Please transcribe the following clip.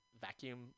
vacuum